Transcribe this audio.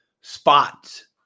spots